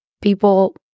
people